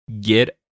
get